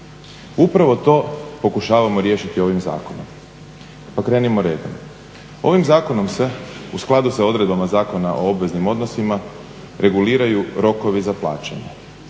Upravo to pokušavamo riješiti ovim zakonom, pa krenimo redom. Ovim zakonom se u skladu sa odredbama Zakona o obveznim odnosima reguliraju rokovi za plaćanje,